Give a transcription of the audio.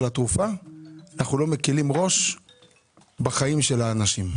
התרופה אנחנו לא מקילים ראש בחיים של האנשים,